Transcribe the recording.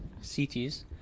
CTs